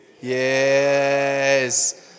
Yes